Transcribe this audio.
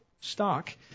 stock